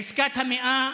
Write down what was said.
בעסקת המאה